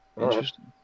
interesting